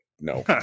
no